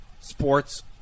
sports